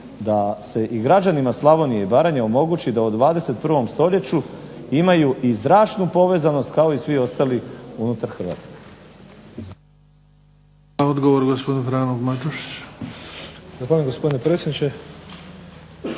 da se građanima Slavonije i Baranje omogući da u 21. stoljeću imaju i zračnu povezanost kao i svi ostali unutar Hrvatske.